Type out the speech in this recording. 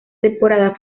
temporada